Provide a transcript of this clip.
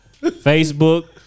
Facebook